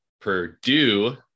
Purdue